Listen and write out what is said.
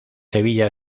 sevilla